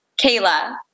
Kayla